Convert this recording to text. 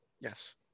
Yes